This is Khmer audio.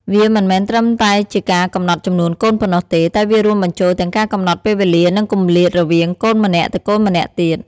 វាមិនមែនត្រឹមតែជាការកំណត់ចំនួនកូនប៉ុណ្ណោះទេ តែវារួមបញ្ចូលទាំងការកំណត់ពេលវេលា និងគម្លាតរវាងកូនម្នាក់ទៅកូនម្នាក់ទៀត។